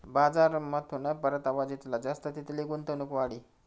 बजारमाथून परतावा जितला जास्त तितली गुंतवणूक वाढी